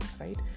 right